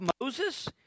Moses